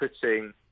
putting